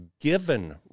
given